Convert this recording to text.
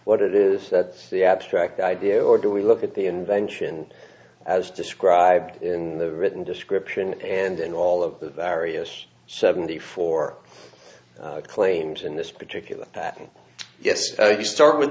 what it is that the abstract idea or do we look at the invention as described in the written description and in all of the various seventy four claims in this particular patent yes you start with